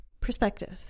perspective